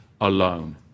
alone